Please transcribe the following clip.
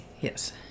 Yes